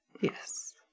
Yes